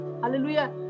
Hallelujah